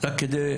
ורק כדי,